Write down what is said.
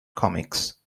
comics